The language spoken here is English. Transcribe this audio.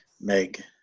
Meg